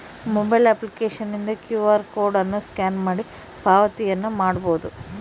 mobile ಅಪ್ಲಿಕೇಶನ್ನಿಂದ Q R code ಅನ್ನು scan ಮಾಡಿ ಪಾವತಿಯನ್ನ ಮಾಡಬೊದು